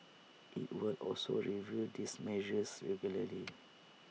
IT will also review these measures regularly